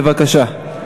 בבקשה.